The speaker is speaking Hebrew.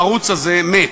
הערוץ הזה מת.